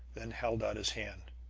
then held out his hand.